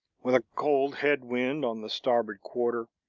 with a cold headwind on the starboard quarter,